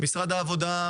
משרד העבודה,